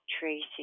Tracy